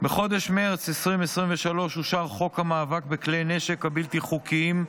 בחודש מרץ 2023 אושר חוק המאבק בכלי הנשק הבלתי-חוקיים,